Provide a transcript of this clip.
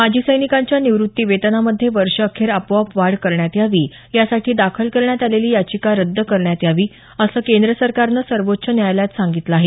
माजी सैनिकांच्या निवृत्ती वेतनामध्ये वर्ष अखेर आपोआप वाढ करण्यात यावी यासाठी दाखल करण्यात आलेली याचिका रद्द करण्यात यावी असं केंद्र सरकारनं सर्वोच्च न्यायालयात सांगितलं आहे